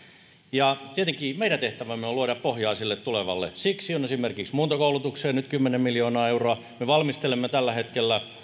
ja tietenkin meidän tehtävämme on luoda pohjaa sille tulevalle siksi on esimerkiksi muuntokoulutukseen nyt kymmenen miljoonaa euroa me valmistelemme tällä hetkellä